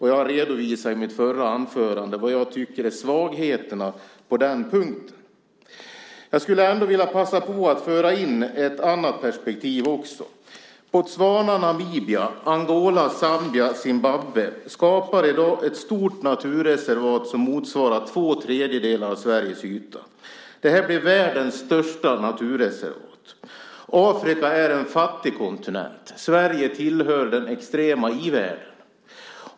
Jag redovisade i mitt förra anförande vilka jag tycker att svagheterna är på den punkten. Jag vill passa på att föra in ett annat perspektiv. Botswana, Namibia, Angola, Zambia och Zimbabwe skapar i dag ett stort naturreservat som motsvarar två tredjedelar av Sveriges yta. Det blir världens största naturreservat. Afrika är en fattig kontinent. Sverige tillhör den extrema i-världen.